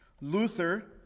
Luther